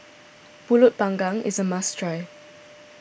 Pulut Panggang is a must try